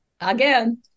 Again